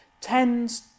tends